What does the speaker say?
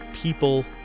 people